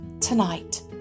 tonight